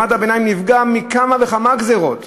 מעמד הביניים נפגע מכמה וכמה גזירות.